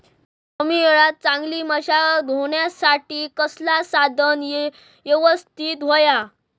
कमी वेळात चांगली मशागत होऊच्यासाठी कसला साधन यवस्तित होया?